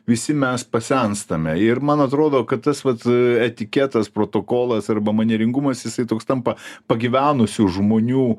visi mes pasenstame ir man atrodo kad tas vat etiketas protokolas arba manieringumas jisai toks tampa pagyvenusių žmonių